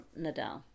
Nadal